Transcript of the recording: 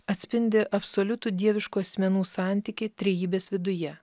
atspindi absoliutų dieviškų asmenų santykį trejybės viduje